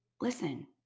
Listen